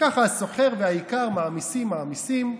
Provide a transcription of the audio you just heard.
וכך הסוחר והאיכר מעמיסים, מעמיסים,